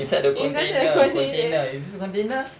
inside the container container is this the container